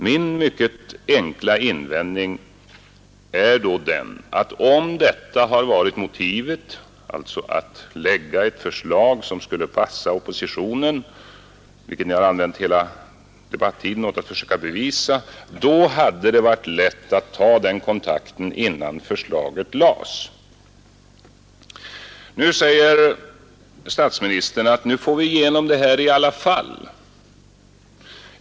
Min mycket enkla invändning är då, att om detta varit motivet — alltså att lägga fram ett förslag som skulle passa oppositionen — då hade det varit lätt att ta den kontakten innan förslaget lades fram. Statsministern säger att nu får vi igenom detta i alla fall.